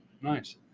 nice